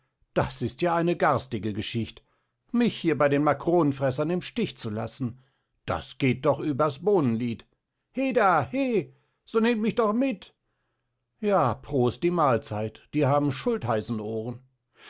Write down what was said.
das ist ja eine garstige geschicht mich hier bei den macronenfreßern im stich zu laßen das geht doch übers bohnenlied heda he so nehmt mich doch mit ja prost die malzeit die haben